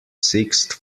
sixth